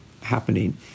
happening